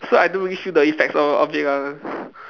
so I don't really feel the effects of of it ah